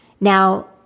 Now